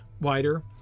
wider